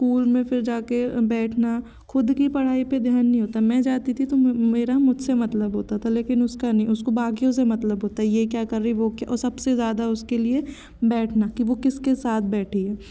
school में फिर जाके फिर बैठना खुद की पढ़ाई पे ध्यान नहीं होता मैं जाती थी तो मेरा मुझसे मतलब होता था लेकिन उसका नहीं उसको बाकियों से मतलब होता है ये क्या कर रहे वो क्या और सबसे ज़्यादा उसके लिए बैठना कि वो किसके साथ बैठी है